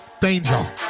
Danger